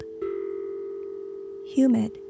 Humid